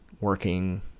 working